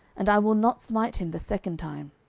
and i will not smite him the second time.